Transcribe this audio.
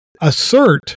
assert